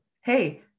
Hey